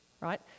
right